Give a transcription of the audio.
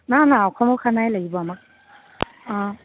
না না অসমৰ খানাই লাগিব আমাক অঁ